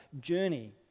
journey